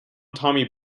tommy